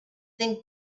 think